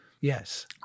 Yes